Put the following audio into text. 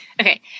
Okay